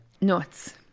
Nuts